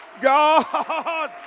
God